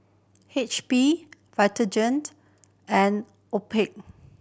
H P Vitagen and Obaku